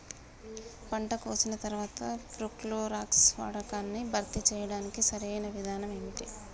పంట కోసిన తర్వాత ప్రోక్లోరాక్స్ వాడకాన్ని భర్తీ చేయడానికి సరియైన విధానం ఏమిటి?